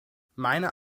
meine